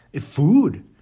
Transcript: food